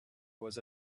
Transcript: was